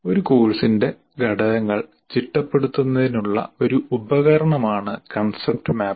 ഒരു കോഴ്സിന്റെ ഘടകങ്ങൾ ചിട്ടപ്പെടുത്തുന്നതിനുള്ള ഒരു ഉപകരണമാണ് കൺസെപ്റ്റ് മാപ്പ്